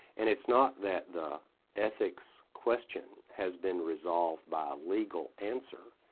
and it's not that the ethics question has been resolved by legal answer.